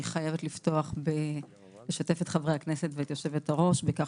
אני חייבת לשתף את חברי הכנסת ואת יושבת-הראש בכך